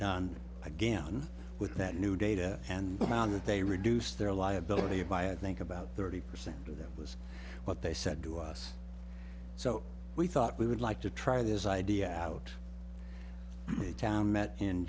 done again with that new data and found that they reduced their liability by i think about thirty percent of that was what they said to us so we thought we would like to try this idea out of town met in